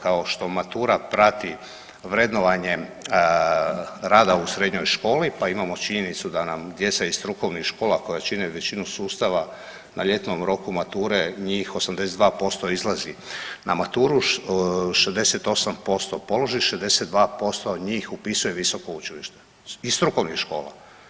Kao što matura prati vrednovanje rada u srednjoj školi, pa imamo činjenicu da nam djeca iz strukovnih škola koja čine većinu sustava na ljetnom roku mature, njih 82% izlazi na maturu, 68% položi, 62% njih upisuje visoko učilište iz strukovnih škola.